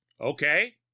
Okay